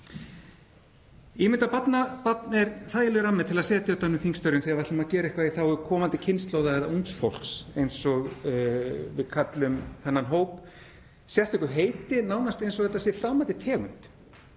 barnabarn er þægilegur rammi til að setja utan um þingstörfin þegar við ætlum að gera eitthvað í þágu komandi kynslóða eða ungs fólks. Við köllum þennan hóp sérstöku heiti, nánast eins og þetta sé framandi tegund.